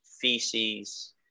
feces